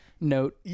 note